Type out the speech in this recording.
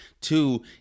Two